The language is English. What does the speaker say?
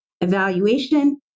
evaluation